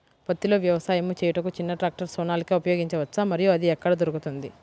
పత్తిలో వ్యవసాయము చేయుటకు చిన్న ట్రాక్టర్ సోనాలిక ఉపయోగించవచ్చా మరియు అది ఎక్కడ దొరుకుతుంది?